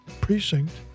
precinct